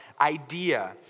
idea